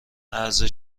عرضه